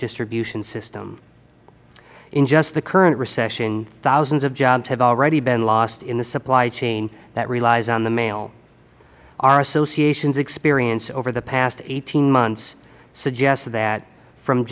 distribution system in just the current recession thousands of jobs have already been lost in the supply chain that relies on the mail our association's experience over the past eighteen months suggests that from